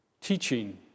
Teaching